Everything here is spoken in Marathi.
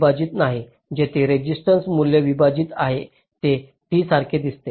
विभाजित नाही जेथे रेसिस्टन्स मूल्य विभाजित आहे ते T सारखे दिसते